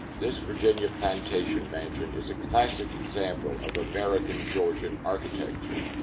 this virginia plantation mansion is a classic example of american georgian architecture.